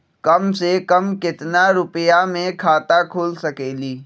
कम से कम केतना रुपया में खाता खुल सकेली?